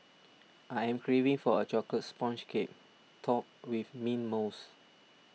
I am craving for a Chocolate Sponge Cake Topped with Mint Mousse